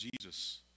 Jesus